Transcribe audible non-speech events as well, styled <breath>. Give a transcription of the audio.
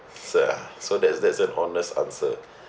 sia so that's that's an honest answer <breath>